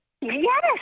yes